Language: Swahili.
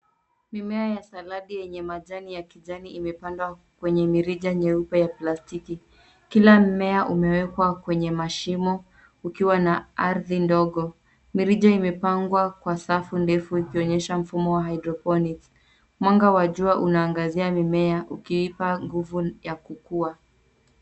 Mimea ya saladi yenye majani ya kijani imepandwa kwenye mirija nyeupe ya plastiki. Kila mmea umewekwa kwenye mashimo ukiwa na ardhi ndogo. Mirija imepangwa kwa safu ndefu ikionyesha mfumo wa hydroponics . Mwanga wa jua unaagazia mimea ukiipa nguvu ya kukua.